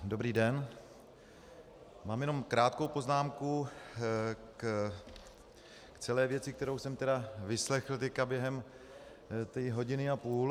Dobrý den, mám jenom krátkou poznámku k celé věci, kterou jsem tedy vyslechl teď během té hodiny a půl.